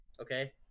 okay